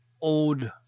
old